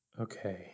Okay